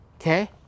okay